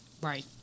right